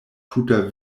tuta